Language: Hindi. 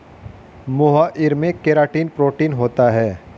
मोहाइर में केराटिन प्रोटीन होता है